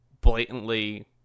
blatantly